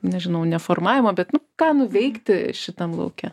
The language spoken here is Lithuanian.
nežinau neformavimo bet nu ką nuveikti šitam lauke